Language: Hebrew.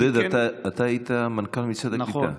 עודד, אתה היית מנכ"ל משרד הקליטה?